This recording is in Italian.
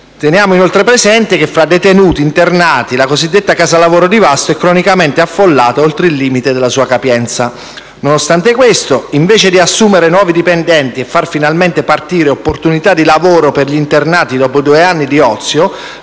Teniamo inoltre presente che, fra detenuti e internati, la cosiddetta Casa lavoro di Vasto è cronicamente affollata oltre il limite della sua capienza. Nonostante questo, invece di assumere nuovi dipendenti e far finalmente partire opportunità di lavoro per gli internati dopo due anni di ozio,